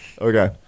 Okay